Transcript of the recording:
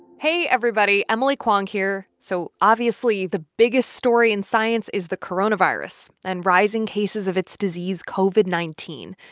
hey, everybody. emily kwong here. so obviously, the biggest story in science is the coronavirus and rising cases of its disease, covid nineteen.